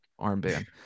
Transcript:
armband